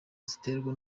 ziterwa